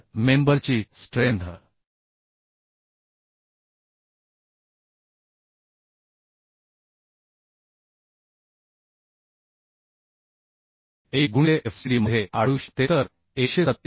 तर मेंबरची strength Ae गुणिले Fcd मध्ये आढळू शकते तर 147